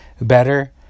better